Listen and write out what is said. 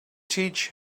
teach